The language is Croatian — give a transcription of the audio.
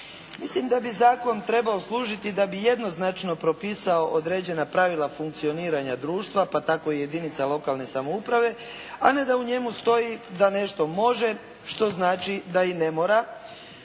Mislim da bi zakon trebao služiti da bi jednoznačno propisao određena pravila funkcioniranja društva pa tako i jedinica lokalne samouprave a ne da u njemu stoji da nešto može što znači da i ne mora